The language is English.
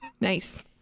nice